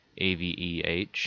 AVEH